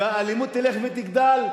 והאלימות תלך ותגדל,